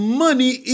money